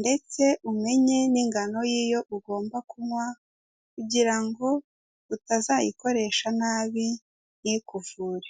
ndetse umenye n'ingano y'iyo ugomba kunywa kugira ngo utazayikoresha nabi ntikuvure.